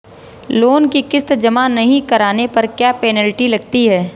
Loan की किश्त जमा नहीं कराने पर क्या पेनल्टी लगती है?